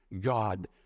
God